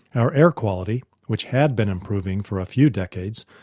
our air quality, which had been improving for a few decades,